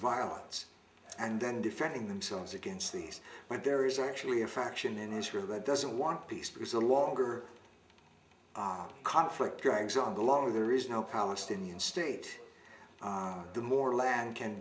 violence and then defending themselves against these when there is actually a faction in israel that doesn't want peace because the longer the conflict drags on the lower there is no palestinian state the more land can